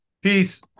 Peace